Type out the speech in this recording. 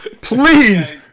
please